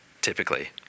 typically